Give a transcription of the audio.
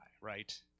right